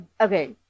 okay